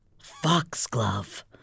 Foxglove